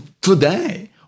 today